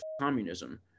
communism